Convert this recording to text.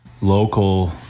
local